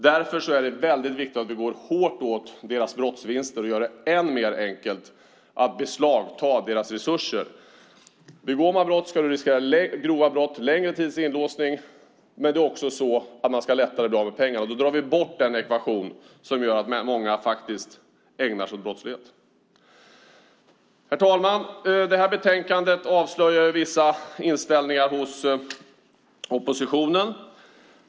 Därför är det viktigt att vi går hårt åt deras brottsvinster och gör det än mer enkelt att beslagta deras resurser. Begår man grova brott ska man riskera längre tids inlåsning, och man ska också lättare bli av med pengarna. Då drar vi undan den ekvation som gör att många ägnar sig åt brottslighet. Herr talman! Det här betänkandet avslöjar vissa inställningar hos oppositionen.